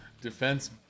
defense